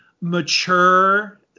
mature